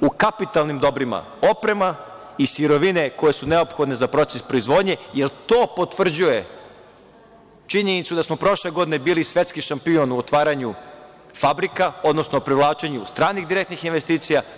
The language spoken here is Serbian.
u kapitalnim dobrima, oprema i sirovine koje su neophodne za proces proizvodnje, jer to potvrđuje činjenicu da smo prošle godine bili svetski šampion u otvaranju fabrika, odnosno privlačenju stranih direktnih investicija.